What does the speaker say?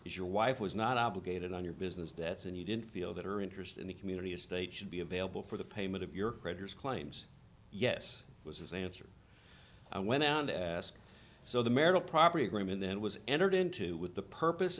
is your wife was not obligated on your business debts and he didn't feel that her interest in the community estate should be available for the payment of your creditors claims yes it was his answer i went out and asked so the marital property agreement then was entered into with the purpose